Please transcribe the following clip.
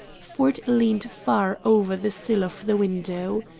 ford leaned far over the sill of the window.